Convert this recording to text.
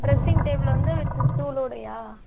dressing table வந்து வித்து ஸ்டூலோடையா